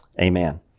amen